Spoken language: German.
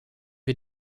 wir